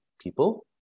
people